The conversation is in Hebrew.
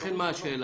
לכן מה השאלה?